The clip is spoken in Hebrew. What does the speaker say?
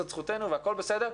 זאת זכותנו, הכול בסדר.